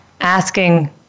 asking